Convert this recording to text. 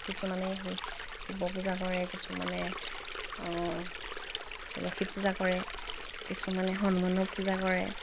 কিছুমানে শিৱ পূজা কৰে কিছুমানে লক্ষী পূজা কৰে কিছুমানে হনুমানৰ পূজা কৰে